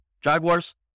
Jaguars